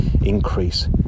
increase